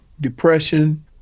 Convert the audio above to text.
depression